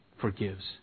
forgives